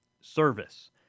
service